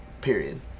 period